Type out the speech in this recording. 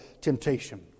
temptation